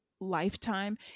lifetime